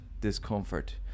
discomfort